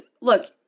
look